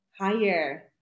higher